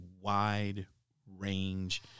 wide-range